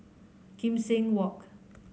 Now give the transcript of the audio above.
Kim Seng Walk